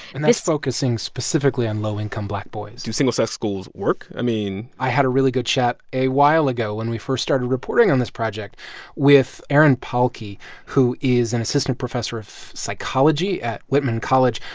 and that's focusing specifically on low-income black boys do single-sex schools work? i mean. i had a really good chat a while ago when we first started reporting on this project with erin pahlke, who is an assistant professor of psychology at whitman college.